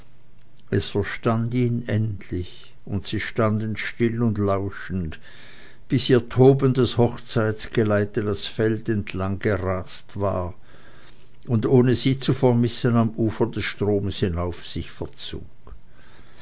es verstand ihn endlich und sie standen still und lauschend bis ihr tobendes hochzeitgeleite das feld entlanggerast war und ohne sie zu vermissen am ufer des stromes hinauf sich verzog